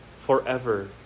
forever